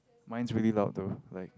mine's really loud though like